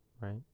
Right